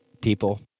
people